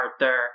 Arthur